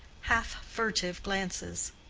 half-furtive glances.